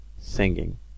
Singing